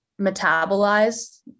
metabolize